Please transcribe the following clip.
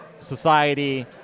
society